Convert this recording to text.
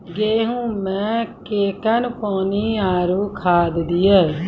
गेहूँ मे कखेन पानी आरु खाद दिये?